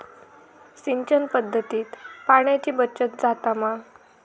सिंचन पध्दतीत पाणयाची बचत जाता मा?